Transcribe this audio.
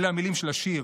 אלו המילים של השיר: